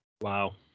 wow